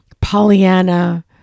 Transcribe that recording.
Pollyanna